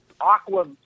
aqua